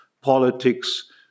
politics